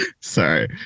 Sorry